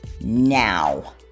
Now